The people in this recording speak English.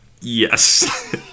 Yes